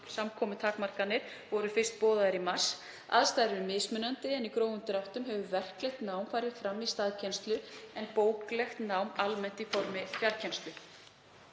samkomutakmarkanir voru fyrst boðaðar í mars. Aðstæður eru mismunandi, en í grófum dráttum hefur verklegt nám farið fram í staðkennslu en bóklegt nám almennt í fjarkennslu.